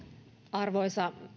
arvoisa